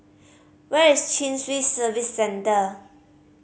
where is Chin Swee Service Centre